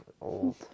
old